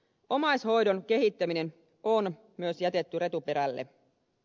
omaishoidon kehittäminen on myös jätetty retuperälle